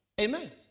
Amen